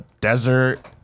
desert